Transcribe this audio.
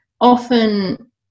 often